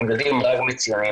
רק בציונים.